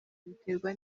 biterwa